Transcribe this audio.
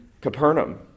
Capernaum